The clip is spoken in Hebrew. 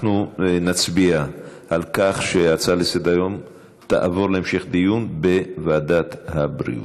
אנחנו נצביע על כך שההצעה לסדר-היום תעבור להמשך דיון בוועדת הבריאות.